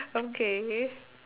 okay